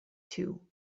too